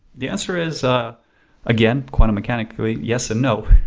the answer is ah again quantum mechanic yes and no.